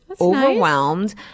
overwhelmed